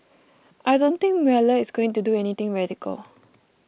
I don't think Mueller is going to do anything radical